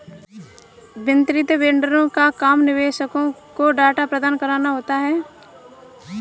वित्तीय वेंडरों का काम निवेशकों को डेटा प्रदान कराना होता है